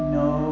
no